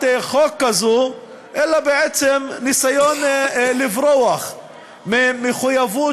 חוק כזו אלא כניסיון לברוח ממחויבות,